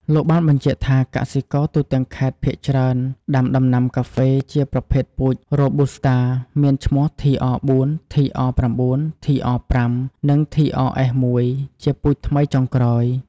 លោកបានបញ្ជាក់ថា កសិករទូទាំងខេត្តភាគច្រើនដាំដំណាំការហ្វេ ជាប្រភេទពូជ រ៉ូប៊ូស្តា មានឈ្មោះTR4 TR9 TR5 និងTRS1ជាពូជថ្មីចុងក្រោយ។